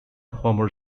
homer